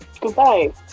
Goodbye